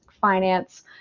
finance